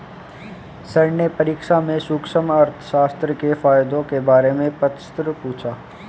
sir ने परीक्षा में सूक्ष्म अर्थशास्त्र के फायदों के बारे में प्रश्न पूछा